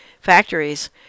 factories